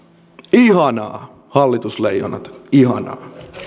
ihanaa hallitusleijonat ihanaa